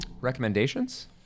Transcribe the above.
recommendations